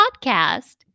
podcast